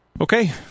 Okay